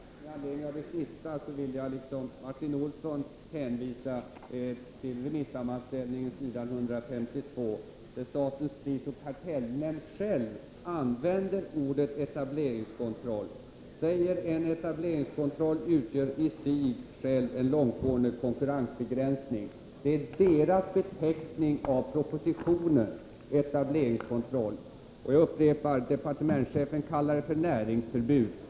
Herr talman! Med anledning av det sista vill jag liksom Martin Olsson hänvisa till vad som står på s. 152 i sammanställningen av remissyttrandena. Där skriver statens prisoch kartellnämnd: ”En etableringskontroll utgör i sig själv en långtgående konkurrensbegränsning.” Det är alltså statens prisoch kartellnämndens beteckning. Jag upprepar: Departementschefen kallar det för näringsförbud.